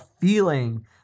feeling